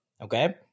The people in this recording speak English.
Okay